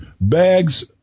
Bags